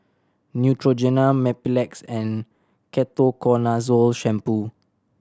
Neutrogena Mepilex and Ketoconazole Shampoo